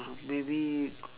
maybe